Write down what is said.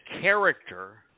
character